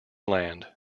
land